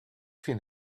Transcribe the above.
vind